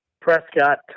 Prescott